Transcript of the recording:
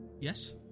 Yes